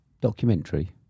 documentary